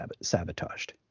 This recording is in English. sabotaged